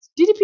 GDP